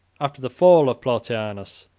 after the fall of plautianus,